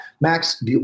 Max